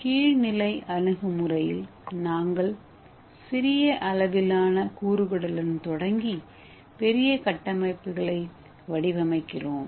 கீழ்நிலை அணுகுமுறையில் நாங்கள் சிறியஅளவிலான கூறுகளுடன் தொடங்கி பெரிய கட்டமைப்புகளை வடிவமைக்கிறோம்